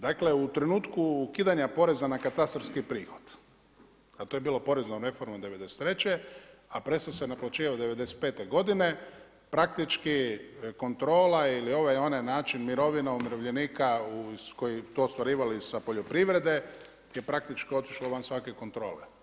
Dakle u trenutku ukidanja poreza na katastarski prihod, a to je bilo poreznom reformom '93., a prestao se naplaćivati '95. godine praktički kontrola ili ovaj onaj način mirovinom umirovljenika koji su to ostvarivali sa poljoprivrede je praktički otišlo van svake kontrole.